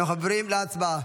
אנחנו עוברים להצבעה.